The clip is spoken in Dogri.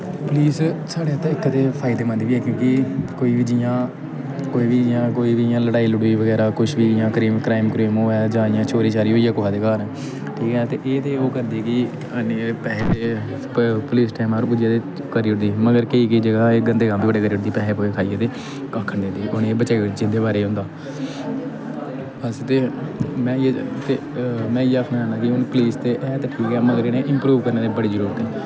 पुलीस साढ़े आस्तै इक ते फायदेमंद बी ऐ क्योंकि कोई बी जि'यां कोई बी जि'यां कोई बी इ'यां लड़ाई लड़ुई बगैरा कुछ बी इ'यां क्रीम क्राइम क्रूइम होऐ जां इ'यां चोरी चारी होई जा कुसै दे घर ठीक ऐ ते एह् ते ओह् करदी कि आनियै पैसे पूसे पुलीस टैमा पर पुज्जी जाए ते करी ओड़दी मगर केईं केईं ज'गा एह् गंदे कम्म बी बड़े करी ओड़दी पैसे पूसे खाइयै ते कक्ख निं करदी ते उ'नें गी बचाई ओड़दी जिंदे बारे च होंदा अस ते में इ'यै ते में इ'यै आखना चाह्न्नां कि हून पुलीस ते है ते ठीक ऐ मगर इ'नें गी इंप्रूव करने दी बड़ी जरूरत ऐ